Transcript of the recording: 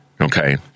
Okay